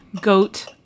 Goat